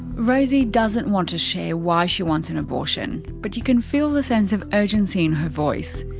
rosie doesn't want to share why she wants an abortion. but you can feel the sense of urgency in her voice.